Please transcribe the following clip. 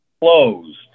Closed